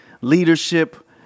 leadership